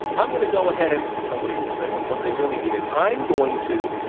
i'm going to go ahead and somebody will say when what they really mean is i'm going to.